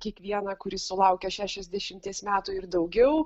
kiekvieną kuris sulaukęs šešiasdešimties metų ir daugiau